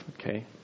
okay